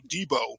Debo